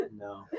No